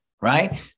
right